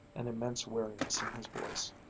an immense weariness in his voice.